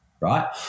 right